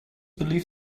believe